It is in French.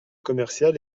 commerciales